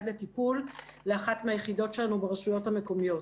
לטיפול לאחת מהיחידות שלנו ברשויות המקומיות.